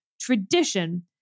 tradition